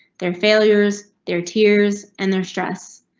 their failures there, tears and their stress.